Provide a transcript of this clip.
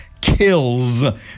kills